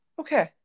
Okay